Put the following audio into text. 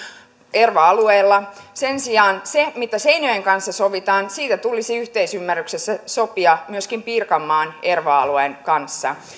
erva alueilla sen sijaan siitä mitä seinäjoen kanssa sovitaan tulisi yhteisymmärryksessä sopia myöskin pirkanmaan erva alueen kanssa